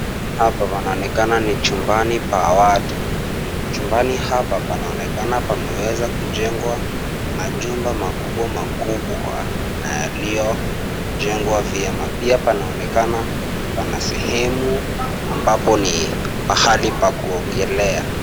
Hapa panaonekana ni chumbani pa watu, chumbani hapa panaonekana pameweza kujengwa majumba makubwa makubwa na yaliyojengwa vyema pia panaonekana pana sehemu amabapo ni pahali pa kuogelea.